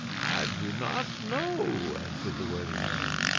do not know, answered the worthy man,